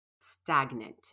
stagnant